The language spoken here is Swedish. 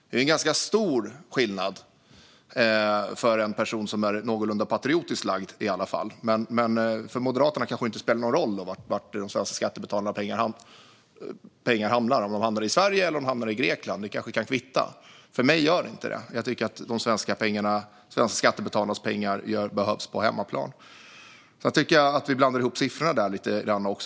Det är en ganska stor skillnad, åtminstone för en person som är någorlunda patriotiskt lagd. Men för Moderaterna kanske det inte spelar någon roll var de svenska skattebetalarnas pengar hamnar, om det är i Sverige eller i Grekland. Det kanske kan kvitta för Moderaterna, men för mig gör det inte det. Jag tycker att de svenska skattebetalarnas pengar behövs på hemmaplan. Sedan tycker jag att vi blandar ihop siffrorna lite grann också.